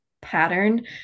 pattern